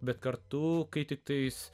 bet kartu kai tiktais